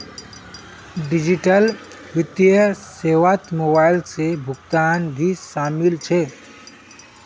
digital वित्तीय सेवात mobile से भुगतान भी शामिल छे